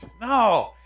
No